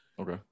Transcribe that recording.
Okay